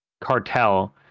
cartel